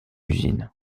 usine